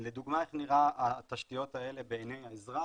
לדוגמה איך נראות התשתיות האלה בעיני האזרח.